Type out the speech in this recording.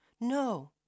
No